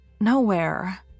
Nowhere